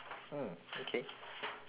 mm okay